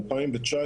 מ-2019,